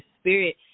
spirit